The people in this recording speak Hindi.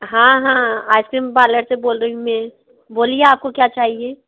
हाँ हाँ आइसक्रीम पार्लर से बोल रही हूँ मैं बोलिए आपको क्या चाहिए